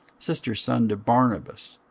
sister's son to barnabas,